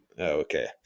Okay